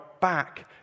back